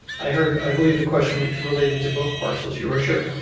i heard i believe the question related to both parcels, your worship.